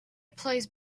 plays